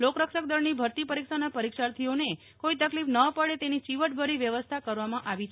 લોકરક્ષક દળની ભરતી પરીક્ષાના પરીક્ષાર્થીઓને કોઇ તકલીફ ન પડે તેની ચીવટભરી વ્યવસ્થા કરવામાં આવી છે